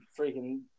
freaking